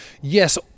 yes